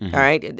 all right?